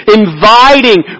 inviting